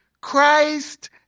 Christ